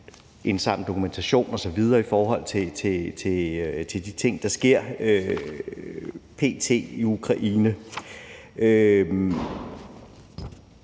indsamle dokumentation osv. i forhold til de ting, der sker p.t. i Ukraine. Men